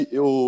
eu